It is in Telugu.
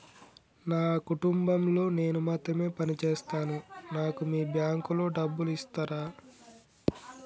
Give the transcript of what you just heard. నా కుటుంబం లో నేను మాత్రమే పని చేస్తాను నాకు మీ బ్యాంకు లో డబ్బులు ఇస్తరా?